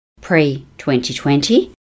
pre-2020